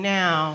now